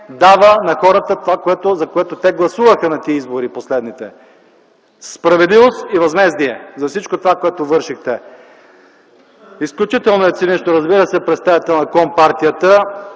дава на хората това, за което те гласуваха на тия избори, последните – справедливост и възмездие за всичко това, което вършихте. Изключително е цинично, разбира се, представител на компартията